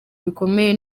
bikomeye